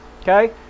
okay